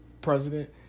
president